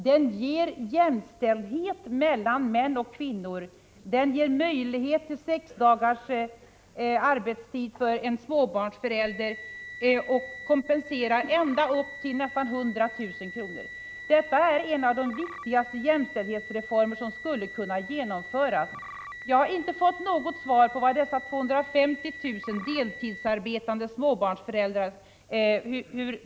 Den ger jämställdhet mellan män och kvinnor, den ger möjlighet till sex timmars arbetsdag för en småbarnsförälder och kompenserar ända upp till nästan 100 000 kr. Detta är en av de viktigaste jämställdhetsreformer som skulle kunna genomföras. Jag har inte fått något besked om hur ni vill stödja dessa 250 000 deltidsarbetande småbarnsföräldrar.